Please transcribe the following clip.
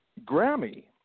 Grammy